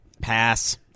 pass